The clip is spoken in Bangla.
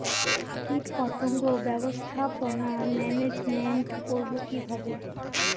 কীটপতঙ্গ ব্যবস্থাপনা ম্যানেজমেন্ট করব কিভাবে?